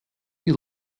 you